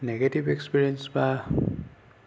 negative experience বা